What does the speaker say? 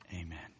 Amen